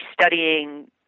studying